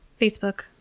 Facebook